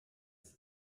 ice